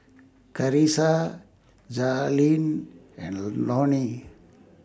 Carisa Jazlyn and Loni